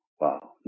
Wow